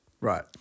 Right